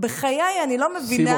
בחיי, אני לא מבינה